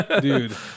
Dude